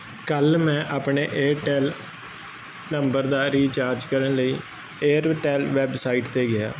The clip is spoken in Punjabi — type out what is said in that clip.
ਕੱਲ ਮੈਂ ਆਪਣੇ ਏਅਰਟੈਲ ਨੰਬਰ ਦਾ ਰਿਚਾਰਜ ਕਰਨ ਲਈ ਏਅਰਟੈਲ ਵੈਬਸਾਈਟ ਤੇ ਗਿਆ